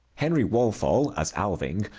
henry walthall as alving,